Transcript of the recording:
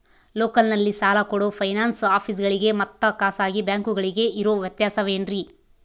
ಲೋಕಲ್ನಲ್ಲಿ ಸಾಲ ಕೊಡೋ ಫೈನಾನ್ಸ್ ಆಫೇಸುಗಳಿಗೆ ಮತ್ತಾ ಖಾಸಗಿ ಬ್ಯಾಂಕುಗಳಿಗೆ ಇರೋ ವ್ಯತ್ಯಾಸವೇನ್ರಿ?